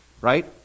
Right